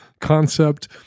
concept